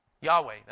Yahweh